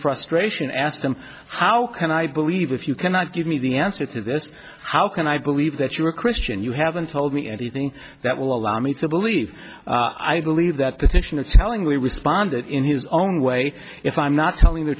shin asked him how can i believe if you cannot give me the answer to this how can i believe that you are a christian you haven't told me anything that will allow me to believe i believe that petition is telling we responded in his own way if i'm not telling the